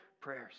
prayers